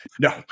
no